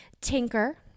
Tinker